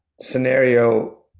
scenario